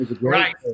Right